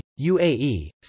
UAE